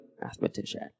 mathematician